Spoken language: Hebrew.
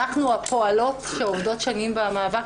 אנחנו הפועלות שעובדות שנים במאבק